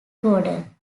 gordon